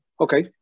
Okay